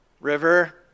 River